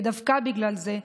ודווקא בגלל זה,